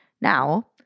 now